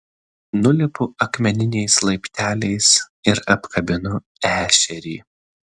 nulipu akmeniniais laipteliais ir apkabinu ešerį